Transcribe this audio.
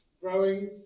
Growing